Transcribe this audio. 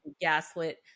gaslit